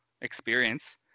experience